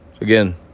Again